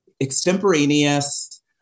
extemporaneous